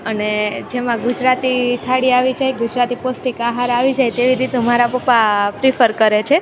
અને જેમાં ગુજરાતી થાળી આવી જાય ગુજરાતી પૌસ્ટીક આહાર આવી જાય તેવી રીતનું મારા પપ્પા પ્રિફર કરે છે